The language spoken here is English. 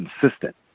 consistent